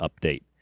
update